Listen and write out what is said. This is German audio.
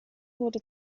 wurde